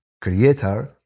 Creator